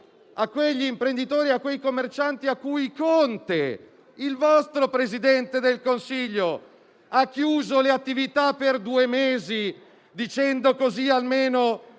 a quegli imprenditori e a quei commercianti a cui Conte, il vostro Presidente del Consiglio, ha chiuso le attività per due mesi, dicendo che così almeno